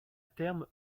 terme